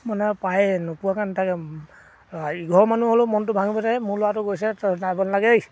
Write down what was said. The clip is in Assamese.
মানে পায়ে নোপোৱাকৈ নেথাকে ইঘৰ মানুহ হ'লেও মনটো ভাঙিব এই মোৰ ল'ৰাটো গৈছে তই যাব নালাগে এই